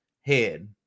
head